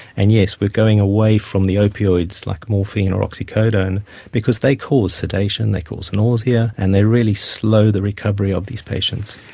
and yes, we are going away from the opioids like morphine or oxycodone because they cause sedation, they cause nausea, and they really slow the recovery of these patients.